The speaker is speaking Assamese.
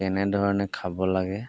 কেনেধৰণে খাব লাগে